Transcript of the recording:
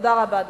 תודה רבה.